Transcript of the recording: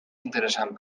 interessant